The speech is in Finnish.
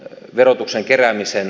verotuksen keräämisen